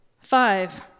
Five